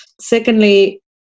Secondly